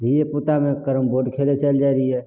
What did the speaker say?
धियेपुतामे carrom board खेले चलि जाइ रहियइ